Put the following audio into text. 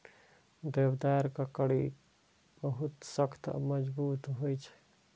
देवदारक कड़ी बहुत सख्त आ मजगूत होइ छै